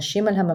נשים על המפה,